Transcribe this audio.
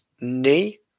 knee